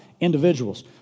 individuals